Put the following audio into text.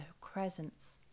crescents